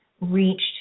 reached